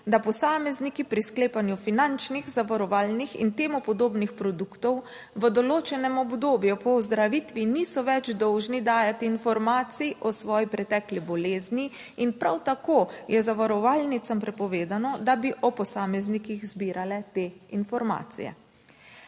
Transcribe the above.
posamezniki pri sklepanju finančnih, zavarovalnih in temu podobnih produktov v določenem obdobju po ozdravitvi niso več dolžni dajati informacij o svoji pretekli bolezni. In prav tako je zavarovalnicam prepovedano, da bi o posameznikih zbirale te informacije.